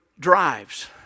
drives